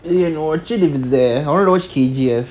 இது:ithu watch it is there I wanna watch K_G_F